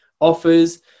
offers